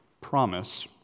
promise